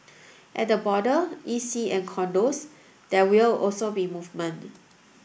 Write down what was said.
at the border E C and condos there will also be movement